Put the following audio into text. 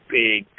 big